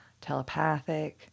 telepathic